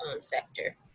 sector